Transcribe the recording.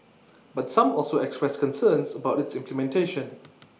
but some also expressed concerns about its implementation